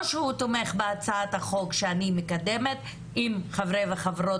או שהוא תומך בהצעת החוק שאני מקדמת עם חברי וחברות